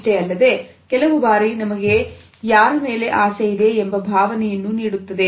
ಇಷ್ಟೇ ಅಲ್ಲದೆ ಕೆಲವು ಬಾರಿ ನಮಗೆ ಯಾರ ಮೇಲೆ ಆಸೆ ಇದೆ ಎಂಬ ಭಾವನೆಯನ್ನು ನೀಡುತ್ತದೆ